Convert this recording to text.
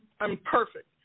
imperfect